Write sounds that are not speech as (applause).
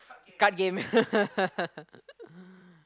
card game (laughs)